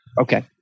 Okay